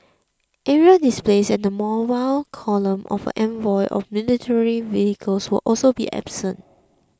aerial displays and the mobile column of a convoy of military vehicles will also be absent